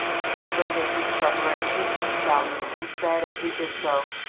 strafford made these preparations himself, and said, as he did so,